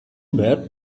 bad